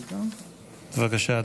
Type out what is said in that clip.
בבקשה,